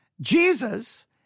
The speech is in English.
Jesus